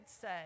say